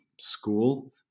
school